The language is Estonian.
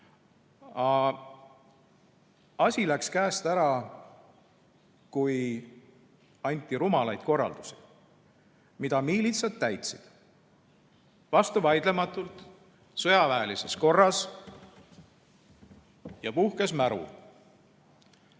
asi läks käest ära siis, kui anti rumalaid korraldusi, mida miilitsad täitsid vastuvaidlematult, sõjaväelises korras. Puhkes märul,